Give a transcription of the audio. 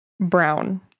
brown